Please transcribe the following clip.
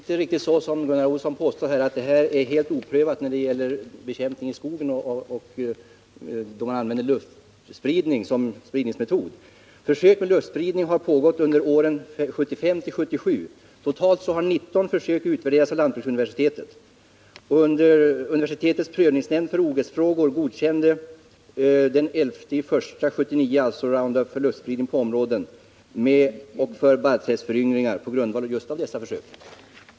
Herr talman! Det är inte riktigt, som Gunnar Olsson påstår, att det här medlet är helt oprövat när det gäller bekämpning i skogen då man använder luftspridningsmetoden. Försök med luftspridning har pågått under åren 1975-1979. Totalt har 19 försök utvärderats av lantbruksuniversitetet. Universitetets prövningsnämnd för ogräsfrågor godkände den 11 januari 1979 luftspridning av medlet på områden för barrträdsföryngringar på grundval av just dessa försök.